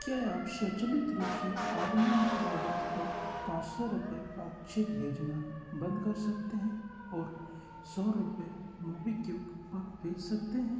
क्या आप स्वचालित रूप से आर्यमान कुमावत को पाँच सौ रुपये पाक्षिक भेजना बंद कर सकते हैं और एक सौ रुपये मोबीक्विक पर भेज सकते हैं